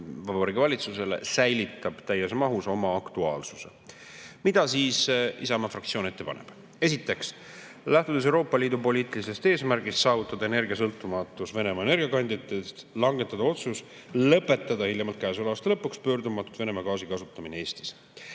tehtav ettepanek säilitanud täies mahus oma aktuaalsuse. Mida siis Isamaa fraktsiooni ette paneb? Esiteks, lähtudes Euroopa Liidu poliitilisest eesmärgist saavutada energiasõltumatus Venemaa energiakandjatest, langetada otsus lõpetada hiljemalt käesoleva aasta lõpuks pöördumatult Venemaa gaasi kasutamine Eestis.